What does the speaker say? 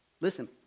Listen